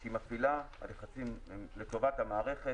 שהיא מפעילה לטובת המערכת.